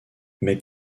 mais